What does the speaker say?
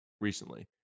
recently